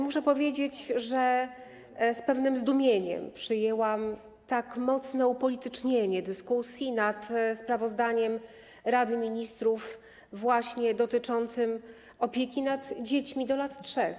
Muszę powiedzieć, że z pewnym zdumieniem przyjęłam tak mocne upolitycznienie dyskusji nad sprawozdaniem Rady Ministrów dotyczącym właśnie opieki nad dziećmi do lat 3.